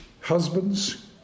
husbands